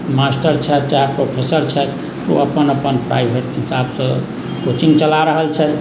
master छथि चाहे professor छथि ओ अपन अपन प्राइभेट हिसाबसँ कोचिंग चला रहल छथि